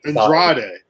Andrade